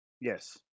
Yes